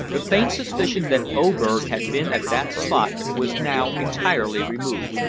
the faint suspicion that oberg had been at that spot was now entirely removed.